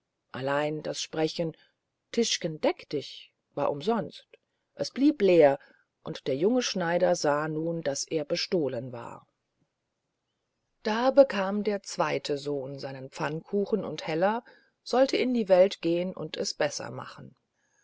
allein alles sprechen tischgen deck dich war umsonst es blieb leer und der junge schneider sah nun daß er bestolen war da bekam der zweite sohn seinen pfannkuchen und heller sollt in die welt gehn und es besser machen